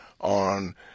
on